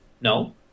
No